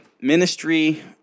ministry